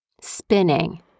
Spinning